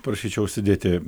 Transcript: prašyčiau užsidėti